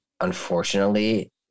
unfortunately